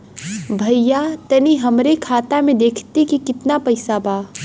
भईया तनि हमरे खाता में देखती की कितना पइसा बा?